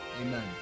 amen